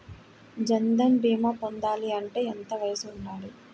జన్ధన్ భీమా పొందాలి అంటే ఎంత వయసు ఉండాలి?